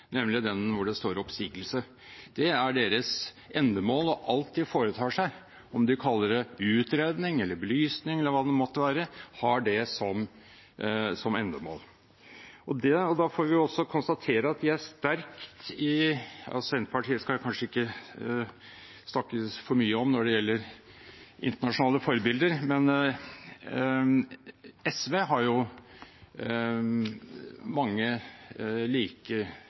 nemlig den der det står «oppsigelse». Det er deres endemål. Alt de foretar seg – om de kaller det utredning, belysning eller hva det måtte være – har det som endemål. Senterpartiet skal jeg kanskje ikke snakke så mye om når det gjelder internasjonale forbilder, men SV har mange